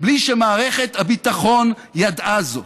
בלי שמערכת הביטחון ידעה זאת?